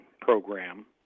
program